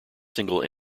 single